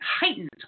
heightened